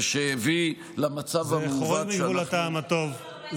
ושהביא למצב המעוות, אתם בשלטון 40 שנה.